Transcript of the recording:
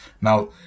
Now